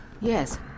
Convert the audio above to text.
yes